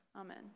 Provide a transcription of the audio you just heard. Amen